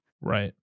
Right